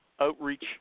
outreach